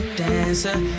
dancer